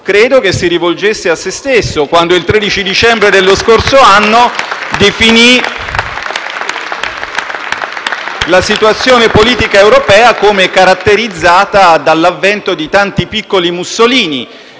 Credo si rivolgesse a se stesso, a quando, il 13 dicembre dello scorso anno, definì la situazione politica europea come caratterizzata dall'avvento di tanti piccoli Mussolini.